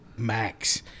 Max